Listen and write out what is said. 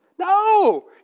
No